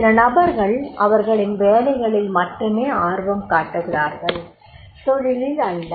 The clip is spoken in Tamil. சில நபர்கள் அவர்களின் வேலைகளில் மட்டுமே ஆர்வம் காட்டுகிறார்கள் தொழிலில் அல்ல